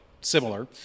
similar